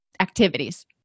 activities